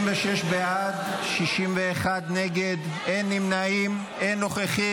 36 בעד, 61 נגד, אין נמנעים, אין נוכחים.